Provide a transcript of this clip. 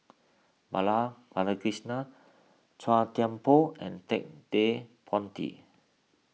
Bala Chua Thian Poh and Ted De Ponti